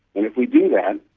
and if we do that,